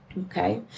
Okay